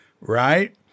right